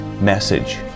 message